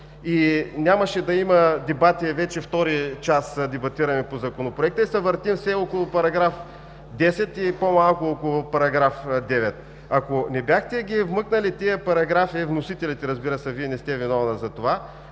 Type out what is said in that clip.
и нямаше да има дебати, а вече втори час дебатираме по Законопроекта и се въртим все около § 10 и по малко около § 9. Ако не бяхте ги вмъкнали тези параграфи, разбира се, Вие не сте виновна за това,